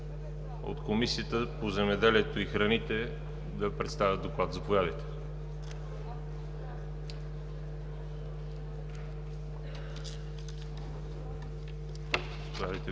от Комисията по земеделието и храните да представят доклада. Заповядайте.